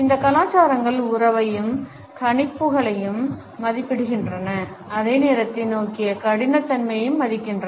இந்த கலாச்சாரங்கள் உறவையும் கணிப்புகளையும் மதிப்பிடுகின்றன அவை நேரத்தை நோக்கிய கடினத்தன்மையை மதிக்கின்றன